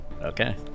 okay